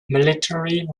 military